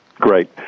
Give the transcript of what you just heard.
Great